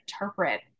interpret